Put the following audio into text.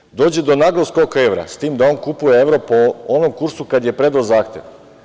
Dakle, dođe do naglog skoka evra, s tim da on kupuje evro po onom kursu kada je predao zahtev.